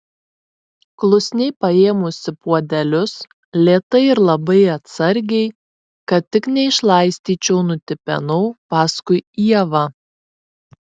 klusniai paėmusi puodelius lėtai ir labai atsargiai kad tik neišlaistyčiau nutipenau paskui ievą